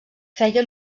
feia